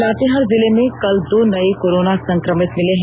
लातेहार जिले में कल दो नये कोरोना संक्रमित मिले हैं